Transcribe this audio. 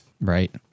Right